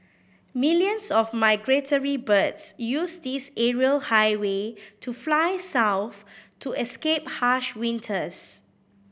millions of migratory birds use this aerial highway to fly south to escape harsh winters